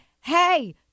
hey